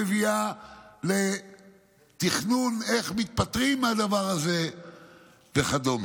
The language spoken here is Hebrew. שנאה מביאה לתכנון איך נפטרים מהדבר הזה וכדומה.